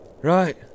Right